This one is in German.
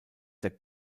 der